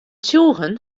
tsjûgen